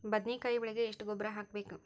ಬದ್ನಿಕಾಯಿ ಬೆಳಿಗೆ ಎಷ್ಟ ಗೊಬ್ಬರ ಹಾಕ್ಬೇಕು?